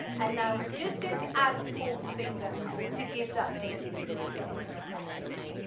and now we're just going to add a fourth finger to give that pinky a little bit of extra practice,